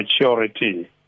maturity